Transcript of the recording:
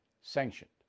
sanctioned